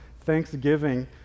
Thanksgiving